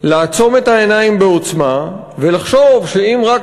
לעצום את העיניים בעוצמה ולחשוב שאם רק